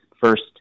first